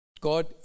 God